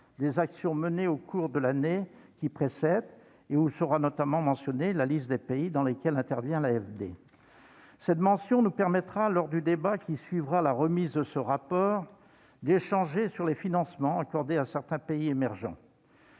des actions menées au cours de l'année qui précède et où sera notamment mentionnée la liste des pays dans lesquels intervient l'AFD. Cette mention nous permettra, lors du débat qui suivra la remise de ce rapport, d'échanger sur les financements accordés à certains pays émergents.